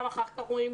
אחר כך אומרים,